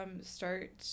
start